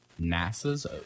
NASA's